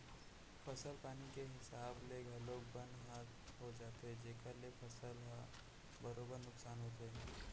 फसल पानी के हिसाब ले घलौक बन ह हो जाथे जेकर ले फसल ह बरोबर नुकसान होथे